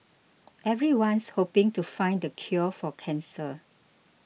everyone's hoping to find the cure for cancer